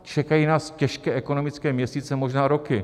Čekají nás těžké ekonomické měsíce, možná roky.